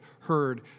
heard